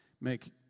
make